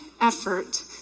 effort